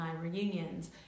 reunions